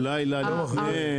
או לילה לפני.